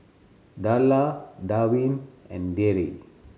Darla Darvin and Deidre